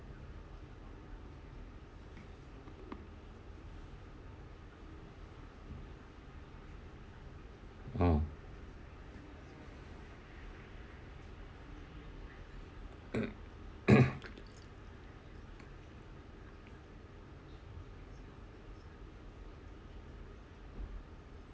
oh